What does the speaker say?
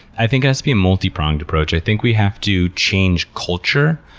i think it has to be a multipronged approach. i think we have to change culture,